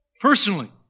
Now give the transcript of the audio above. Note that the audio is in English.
Personally